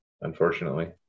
unfortunately